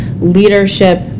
leadership